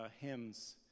hymns